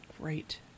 great